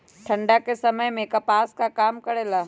ठंडा के समय मे कपास का काम करेला?